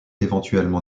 éventuellement